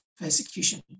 persecution